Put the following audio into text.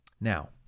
Now